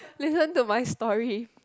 listen to my story